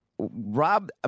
Rob